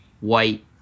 white